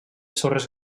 sorres